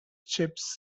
chips